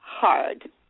hard